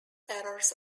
errors